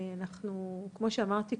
כמו שאמרתי,